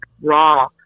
raw